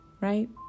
right